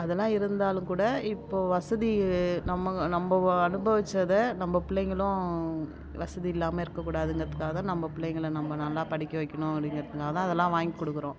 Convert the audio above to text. அதெல்லாம் இருந்தாலும் கூட இப்போது வசதி நம்ம நம்ம அனுபவிச்சத நம்ம பிள்ளைகளும் வசதியில்லாமல் இருக்கக்கூடாதுங்கிறதுக்காக தான் நம்ம பிள்ளைங்கள நம்ம நல்லா படிக்க வைக்கணும் அப்படிங்கிறதுனால தான் அதெல்லாம் வாங்கி கொடுக்குறோம்